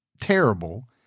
terrible